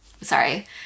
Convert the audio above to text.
sorry